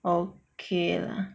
okay lah